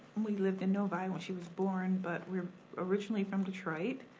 we lived in novi when she was born, but we're originally from detroit,